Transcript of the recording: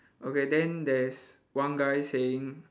okay then there's one guy saying